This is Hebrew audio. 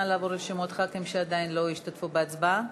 נא לעבור על שמות חברי כנסת שעדיין לא השתתפו בהצבעה.